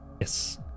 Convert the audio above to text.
Yes